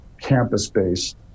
campus-based